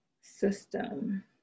system